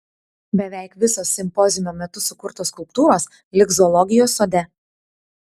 beveik visos simpoziumo metu sukurtos skulptūros liks zoologijos sode